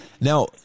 Now